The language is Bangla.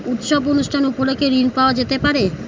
উৎসব অনুষ্ঠান উপলক্ষে ঋণ পাওয়া যেতে পারে?